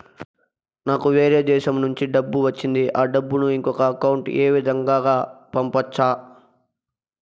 నాకు వేరే దేశము నుంచి డబ్బు వచ్చింది ఆ డబ్బును ఇంకొక అకౌంట్ ఏ విధంగా గ పంపొచ్చా?